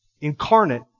incarnate